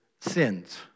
sins